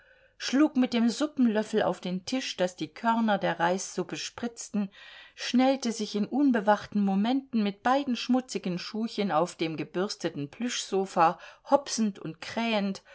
schlug mit dem suppenlöffel auf den tisch daß die körner der reissuppe spritzten schnellte sich in unbewachten momenten mit beiden schmutzigen schuhchen auf dem gebürsteten plüschsofa hopsend und krähend